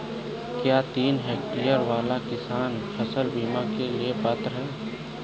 क्या तीन हेक्टेयर वाला किसान फसल बीमा के लिए पात्र हैं?